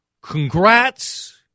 congrats